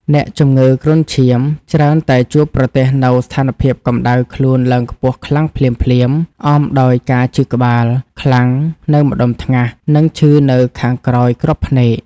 អ្នកជំងឺគ្រុនឈាមច្រើនតែជួបប្រទះនូវស្ថានភាពកម្ដៅខ្លួនឡើងខ្ពស់ខ្លាំងភ្លាមៗ អមដោយការឈឺក្បាលខ្លាំងនៅម្ដុំថ្ងាស និងឈឺនៅខាងក្រោយគ្រាប់ភ្នែក។